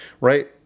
right